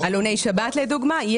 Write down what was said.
עלוני שבת לדוגמה.